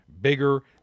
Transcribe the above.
bigger